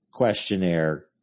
questionnaire